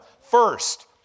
First